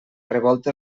revolta